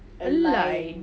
align